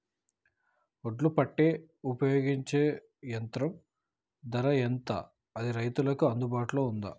ఒడ్లు పెట్టే ఉపయోగించే యంత్రం ధర ఎంత అది రైతులకు అందుబాటులో ఉందా?